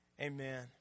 amen